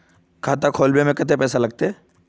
खाता खोलबे में कते पैसा लगते?